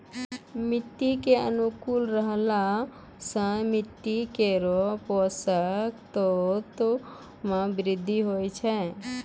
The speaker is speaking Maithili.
मिट्टी अनुकूल रहला सँ मिट्टी केरो पोसक तत्व म वृद्धि होय छै